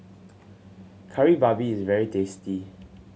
Kari Babi is very tasty